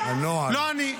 --- לא אני.